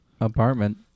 apartment